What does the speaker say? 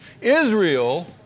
Israel